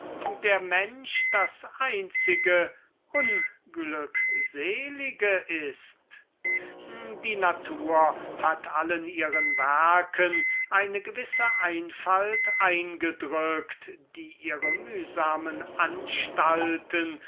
der mensch das einzige unglückselige ist die natur hat allen ihren werken eine gewisse einfalt eingedrückt die ihre mühsamen anstalten